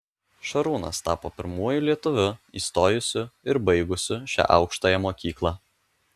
šarūnas tapo pirmuoju lietuviu įstojusiu ir baigusiu šią aukštąją mokyklą